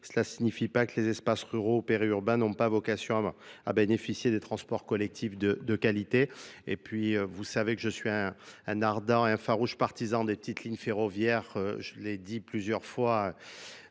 Cela ne signifie pas que les espaces ruraux périurbains n'ont pas vocation à bénéficier des transports collectifs de qualité Et puis vous savez que je suis un ardent et un farouche partisan des petites lignes ferroviaires. Je l'ai dit plusieurs fois,